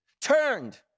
turned